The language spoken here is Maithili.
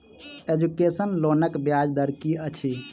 एजुकेसन लोनक ब्याज दर की अछि?